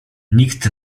nikt